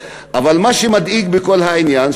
אבל מה שמדאיג בכל העניין,